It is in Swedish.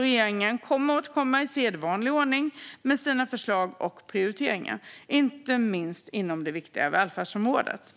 Regeringen kommer att återkomma i sedvanlig ordning med sina förslag och prioriteringar, inte minst inom det viktiga välfärdsområdet.